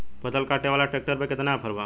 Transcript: फसल काटे वाला ट्रैक्टर पर केतना ऑफर बा?